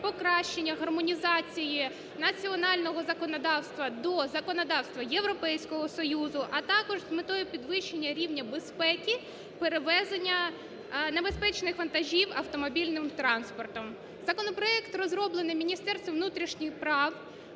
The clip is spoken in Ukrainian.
покращення гармонізації національного законодавства до законодавства Європейського Союзу, а також з метою підвищення рівня безпеки перевезення небезпечних вантажів автомобільним транспортом. Законопроект розроблений Міністерством внутрішніх справ,